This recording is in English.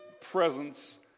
presence